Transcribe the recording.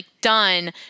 done